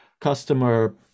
customer